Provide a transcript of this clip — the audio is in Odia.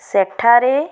ସେଠାରେ